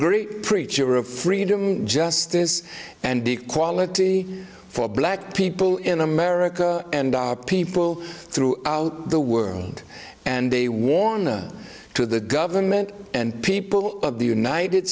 great preacher of freedom justice and equality for black people in america and our people throughout the world and they warned us to the government and people of the united